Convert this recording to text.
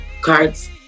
cards